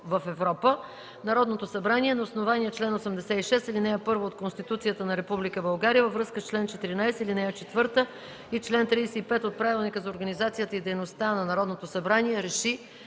Народното събрание на основание чл. 86, ал. 1 от Конституцията на Република България във връзка с чл. 14, ал. 4 и чл. 35 от Правилника за организацията и дейността на Народното събрание